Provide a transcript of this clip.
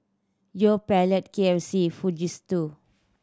Yoplait K F C Fujitsu